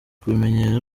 kubimenyera